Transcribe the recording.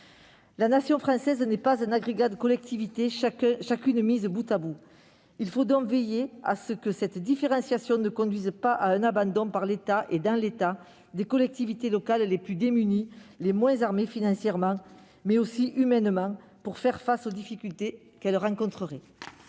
La Nation française n'est pas un agrégat de collectivités mises bout à bout. Il faut donc veiller à ce que cette différenciation ne conduise pas à un abandon, par l'État et dans l'État, des collectivités locales les plus démunies, les moins armées tant financièrement qu'humainement, pour faire face aux difficultés qu'elles rencontreraient.